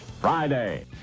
Friday